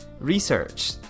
research